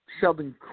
Sheldon